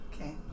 Okay